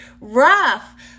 rough